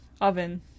oven